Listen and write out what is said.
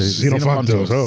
ah senofontos. so